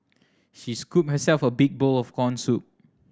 she scooped herself a big bowl of corn soup